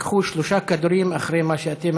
תיקחו שלושה כדורים אחרי מה שאתם,